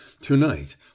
To-night